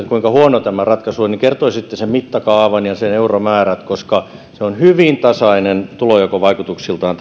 kuinka huono tämä ratkaisu on niin kertoisitte mittakaavan ja euromäärät koska lopputulema on hyvin tasainen tulonjakovaikutuksiltaan